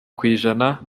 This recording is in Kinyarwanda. kw’ijana